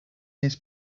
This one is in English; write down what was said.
his